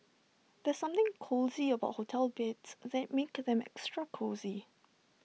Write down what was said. there's something about hotel beds that makes them extra cosy